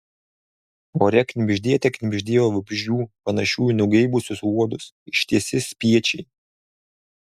ore knibždėte knibždėjo vabzdžių panašių į nugeibusius uodus ištisi spiečiai